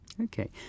Okay